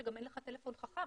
שגם אין לך טלפון חכם,